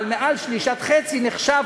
אבל מעל שליש ועד חצי נחשב